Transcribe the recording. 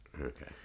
Okay